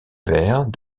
vers